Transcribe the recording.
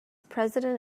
president